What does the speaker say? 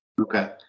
Okay